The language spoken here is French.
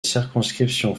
circonscription